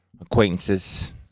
acquaintances